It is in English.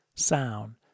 sound